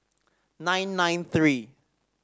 nine nine three